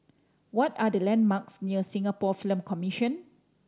what are the landmarks near Singapore Film Commission